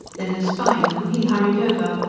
then espying them, he hurried over,